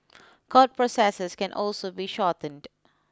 court processes can also be shortened